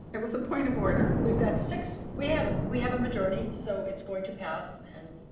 it was a point of order. we've got six, we have we have a majority, so it's going to pass and,